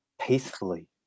peacefully